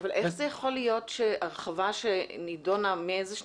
אבל איך זה יכול להיות שהרחבה שנידונה מאיזו שנה?